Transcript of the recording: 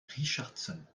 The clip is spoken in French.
richardson